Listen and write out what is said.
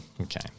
Okay